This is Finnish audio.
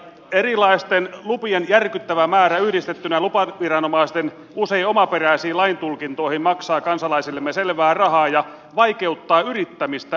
erilaisten lupien järkyttävä määrä yhdistettynä lupaviranomaisten usein omaperäisiin lain tulkintoihin maksaa kansalaisillemme selvää rahaa ja vaikeuttaa yrittämistä ja työllistymistä